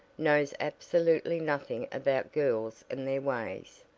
knows absolutely nothing about girls and their ways,